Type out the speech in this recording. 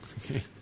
Okay